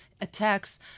attacks